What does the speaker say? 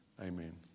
Amen